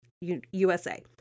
USA